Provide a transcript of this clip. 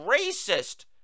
racist